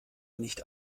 nicht